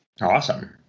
Awesome